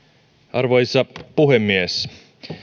arvoisa puhemies